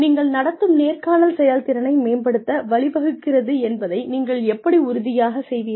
நீங்கள் நடத்தும் நேர்காணல் செயல்திறனை மேம்படுத்த வழிவகுக்கிறது என்பதை நீங்கள் எப்படி உறுதியாகச் செய்வீர்கள்